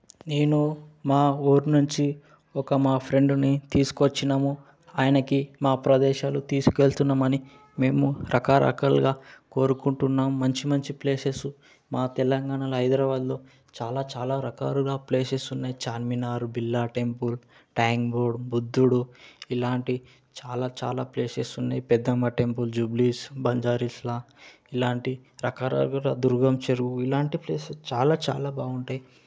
నేను మా ఊరు నుంచి ఒక మా ఫ్రెండ్ని తీసుకువచ్చినాం ఆయనకి మా ప్రదేశాలు తీసుకు వెళ్తునాం అని మేము రకరకాలుగా కోరుకుంటున్నాం మంచి మంచి ప్లేసెస్ మా తెలంగాణలో హైదరాబాదులో చాలా చాలా రకాలుగా ప్లేసెస్ ఉన్నాయి Charminar Birla temple tank board బుద్ధుడు ఇలాంటి చాలా చాలా ప్లేసెస్ ఉన్నాయి పెద్దమ్మ టెంపుల్ జూబ్లీ హిల్స్ బంజారాహిల్స్లాగా ఇలాంటి రకరకాలుగా దుర్గం చెరువు ఇలాంటి ప్లేసెస్ చాలా చాలా బాగుంటాయి